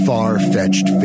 Far-Fetched